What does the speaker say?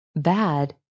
Bad